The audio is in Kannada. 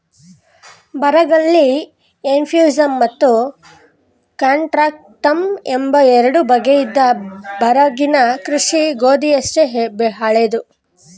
ಬರಗಲ್ಲಿ ಎಫ್ಯೂಸಮ್ ಮತ್ತು ಕಾಂಟ್ರಾಕ್ಟಮ್ ಎಂಬ ಎರಡು ಬಗೆಯಿದೆ ಬರಗಿನ ಕೃಷಿ ಗೋಧಿಯಷ್ಟೇ ಹಳೇದು